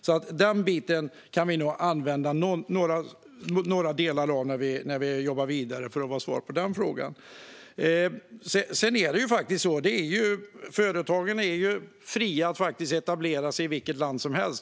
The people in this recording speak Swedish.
Den utredningen kan vi nog alltså använda några delar av när vi jobbar vidare, får vara svaret på den frågan. Sedan är det ju så att företagen är fria att etablera sig i vilket land som helst.